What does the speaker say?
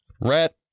Rat